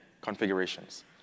configurations